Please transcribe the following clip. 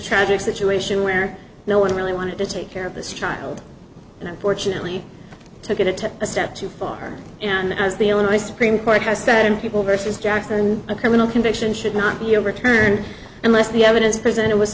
tragic situation where no one really wanted to take care of this child and unfortunately took it took a step too far and as the illinois supreme court has ten people versus jackson a criminal conviction should not be overturned unless the evidence presented was